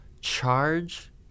charge